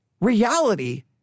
reality